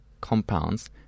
compounds